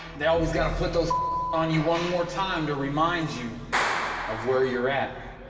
they always got to put those on you one more time to remind you of where you're at.